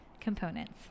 components